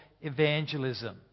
evangelism